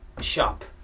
shop